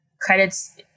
credits